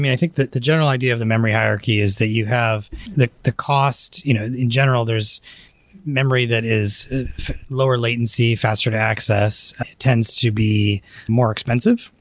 mean, i think the the general idea of the memory hierarchy is that you have the the cost you know in general, there's memory that is lower latency, faster to access tends to be more expensive,